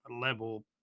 level